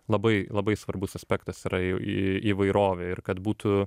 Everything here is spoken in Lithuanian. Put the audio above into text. labai labai svarbus aspektas yra į įvairovė ir kad būtų